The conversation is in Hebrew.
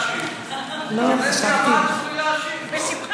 בכנסת הבאה היא תוכל כבר להשיב, בשמחה.